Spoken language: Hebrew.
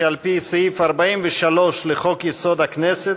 שעל-פי סעיף 43 לחוק-יסוד: הכנסת,